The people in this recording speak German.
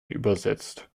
übersetzt